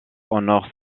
honore